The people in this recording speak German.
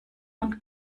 und